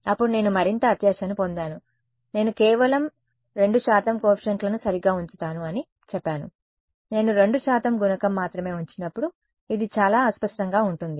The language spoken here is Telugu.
అప్పుడు నేను మరింత అత్యాశను పొందాను నేను కేవలం 2 శాతం కోఎఫీషియంట్లను సరిగ్గా ఉంచుతాను అని చెప్పాను నేను 2 శాతం గుణకం మాత్రమే ఉంచినప్పుడు ఇది చాలా అస్పష్టంగా ఉంటుంది